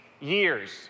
years